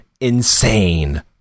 insane